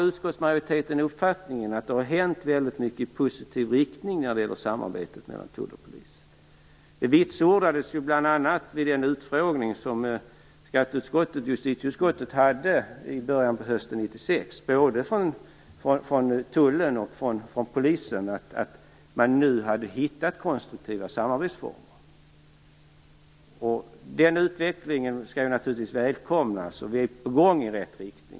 Utskottsmajoriteten har den uppfattningen att det här hänt väldigt mycket i positiv riktning när det gäller samarbetet mellan tull och polis. Det vitsordades bl.a. vid den utfrågning som skatteutskottet och justitieutskottet hade hösten 1996. Både tullen och polisen sade att man nu hade hittat konstruktiva samarbetsformer. Den utvecklingen skall naturligtvis välkomnas. Vi är på väg i rätt riktning.